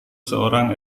seorang